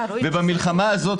ובמלחמה הזאת,